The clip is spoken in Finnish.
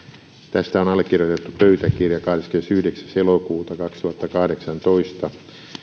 tästä on allekirjoitettu pöytäkirja kahdeskymmenesyhdeksäs elokuuta kaksituhattakahdeksantoista